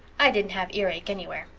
i dident have earake anywhere.